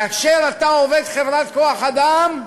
כאשר אתה עובד חברת כוח-אדם,